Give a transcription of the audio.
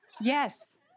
yes